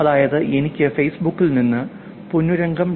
അതായതു എനിക്ക് ഫേസ്ബുക്കിൽ നിന്ന് പൊന്നുരംഗം